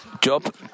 Job